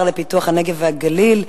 השר לפיתוח הנגב והגליל,